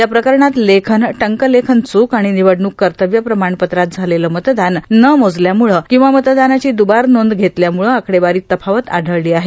या प्रकरणात लेखन टंकलेखन च्क आणि निवडणूक कर्तव्य प्रमाणपत्रात झालेले मतदान न मोजल्यामुळे किंवा मतदानाची दुबारा नोंद घेतल्यामुळे आकडेवारीत तफावत आढळली आहे